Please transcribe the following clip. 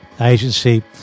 agency